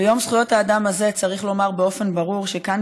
ביום זכויות האדם הזה צריך לומר באופן ברור שכאן,